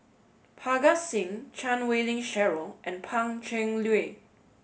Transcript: Parga Singh Chan Wei Ling Cheryl and Pan Cheng Lui